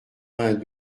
vingt